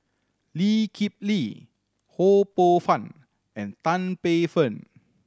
Lee Kip Lee Ho Poh Fun and Tan Paey Fern